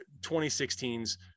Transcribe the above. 2016's